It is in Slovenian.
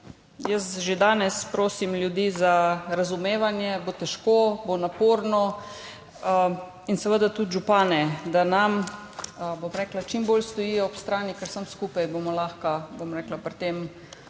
Že danes prosim ljudi za razumevanje, bo težko, bo naporno, in seveda tudi župane, da nam čim bolj stojijo ob strani, ker samo skupaj bomo lahko, bom rekla, pri tem